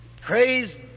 Praise